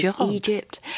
Egypt